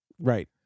right